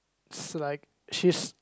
it's like she's